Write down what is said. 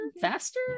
Faster